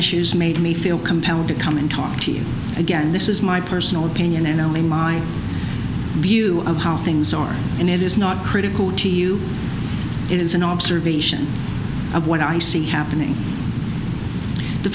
issues made me feel compelled to come and talk to you again this is my personal opinion and only my view of how things are and it is not critical to you it is an observation of what i see happening the